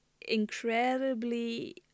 incredibly